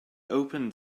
opened